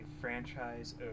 franchise